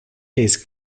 his